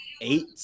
eight